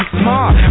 smart